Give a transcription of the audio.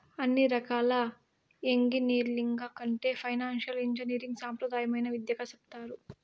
అన్ని రకాల ఎంగినీరింగ్ల కంటే ఫైనాన్సియల్ ఇంజనీరింగ్ సాంప్రదాయమైన విద్యగా సెప్తారు